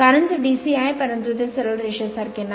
कारण ते DC आहे परंतु ते सरळ रेषेसारखे नाही